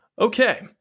Okay